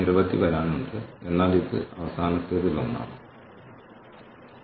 Gilmore Williams എന്നിവരുടെ ഈ പുസ്തകമുണ്ട്